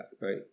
right